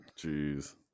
Jeez